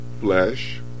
flesh